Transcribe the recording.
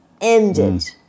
ended